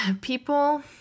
people